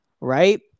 Right